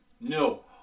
No